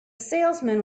salesman